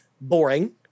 boring